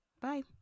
Bye